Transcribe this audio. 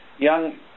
young